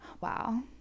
Wow